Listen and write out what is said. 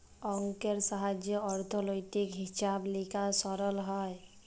অংকের সাহায্যে অথ্থলৈতিক হিছাব লিকাস সরল হ্যয়